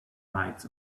bites